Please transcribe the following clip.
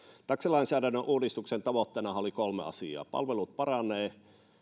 taksilainsäädännön uudistuksen tavoitteenahan oli kolme asiaa palvelut paranevat